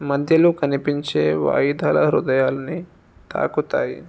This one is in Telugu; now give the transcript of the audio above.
మధ్యలో కనిపించే వాయిద్యాలు హృదయల్ని తాకుతాయి